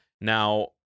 Now